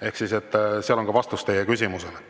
formaat. Seal on ka vastus teie küsimusele.